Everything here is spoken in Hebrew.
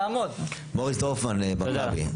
מוריס דורפמן, מכבי.